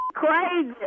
Crazy